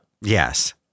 Yes